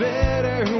better